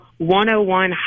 101